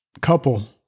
couple